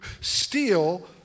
steal